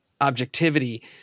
objectivity